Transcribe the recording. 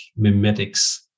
mimetics